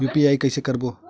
UPI के कइसे करबो?